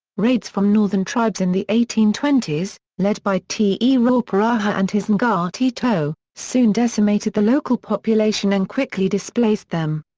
raids from northern tribes in the eighteen twenty s, led by te rauparaha and his ngati toa, soon decimated the local population and quickly displaced them.